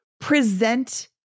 present